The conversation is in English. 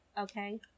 Okay